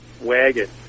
wagon